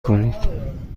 کنید